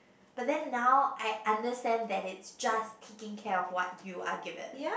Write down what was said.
but then now I understand that it's just taking care of what you are given